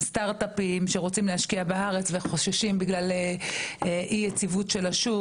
על סטארט-אפים שרוצים להשקיע בארץ וחוששים בגלל אי יציבות של השוק,